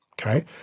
Okay